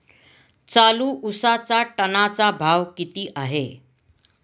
चालू उसाचा टनाचा भाव किती आहे?